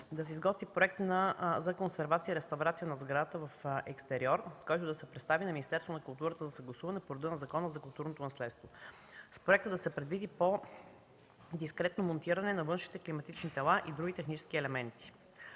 да се изготви Проект за консервация и реставрация на сградата в екстериор, който да се представи на Министерството на културата за съгласуване по реда на Закона за културното наследство. В проекта да се предвиди по-дискретно монтиране на външните климатични тела и други технически елементи.